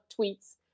tweets